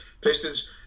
Pistons